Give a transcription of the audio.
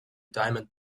diamond